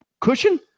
cushion